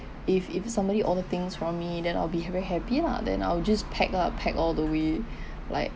if if somebody order things from me then I'll be very happy lah then I'll just pack ah pack all the way like